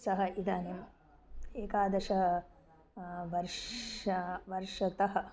सः इदानीम् एकादश वर्षं वर्षात्